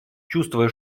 чувствуя